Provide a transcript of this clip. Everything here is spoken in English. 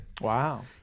Wow